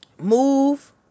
Move